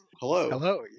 Hello